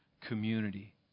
community